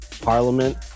parliament